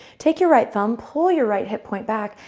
take your right thumb, pull your right hip point back,